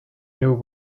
new